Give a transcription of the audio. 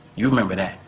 you remember that,